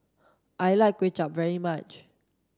I like Kway Chap very much